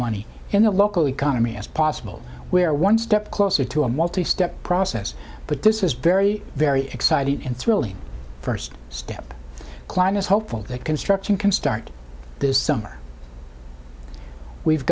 money in the local economy as possible we are one step closer to a multi step process but this is very very exciting and thrilling first step climb is hopeful that construction can start this summer we've